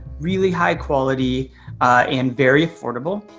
really high quality and very affordable.